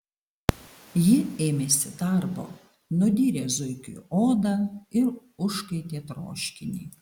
ji ėmėsi darbo nudyrė zuikiui odą ir užkaitė troškinį